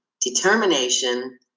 determination